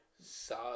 Sad